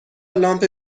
لامپ